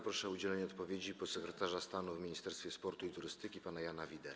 Proszę o udzielenie odpowiedzi podsekretarza stanu w Ministerstwie Sportu i Turystyki pana Jana Widerę.